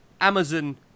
Amazon